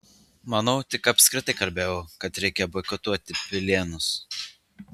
manau tik apskritai kalbėjau kad reikia boikotuoti pilėnus